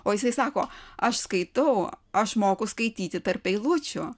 o jisai sako aš skaitau o aš moku skaityti tarp eilučių